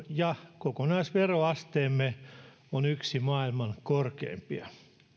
ja kokonaisveroasteemme on yksi maailman korkeimmista